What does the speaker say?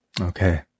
Okay